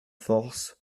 force